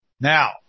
Now